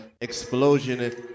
Explosion